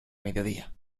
mediodía